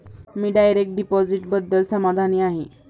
मी direct डिपॉझिटबद्दल समाधानी आहे